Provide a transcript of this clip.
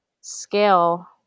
scale